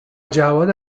جواد